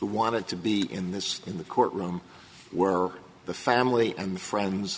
who wanted to be in this in the courtroom were the family and friends